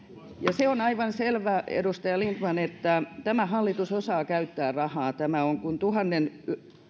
se on aivan selvä edustaja lindtman että tämä hallitus osaa käyttää rahaa tämä on kuin tuhannen